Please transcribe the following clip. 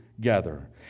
gather